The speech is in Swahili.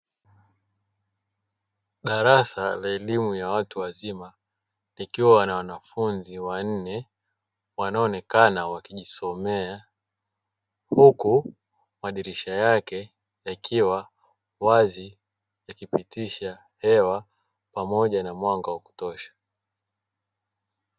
Darasa la elimu ya watu wazima likiwa na wanafunzi wanne wanaonekana wakijisomea huku madirisha yake yakiwa wazi yakipitisha hewa pamoja na mwanga wa kutosha.